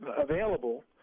available